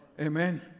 Amen